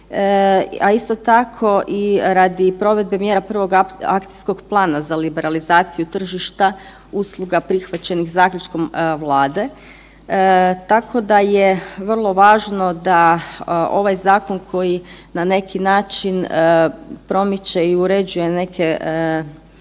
a isto i radi provedbe mjera prvog akcijskog plana za liberalizaciju tržišta usluga prihvaćenih zaključkom Vlade, tako da je vrlo važno da ovaj zakon koji na neki način promiče i uređuje neke nove